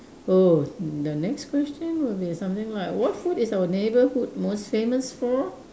oh the next question will be something like what food is our neighborhood most famous for